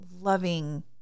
loving